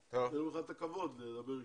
נותן לך את הכבוד לדבר ראשון.